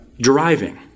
Driving